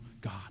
God